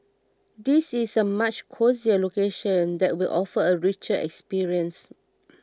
this is a much cosier location that will offer a richer experience